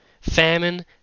famine